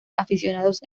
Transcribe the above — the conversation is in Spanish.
aficionados